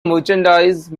merchandise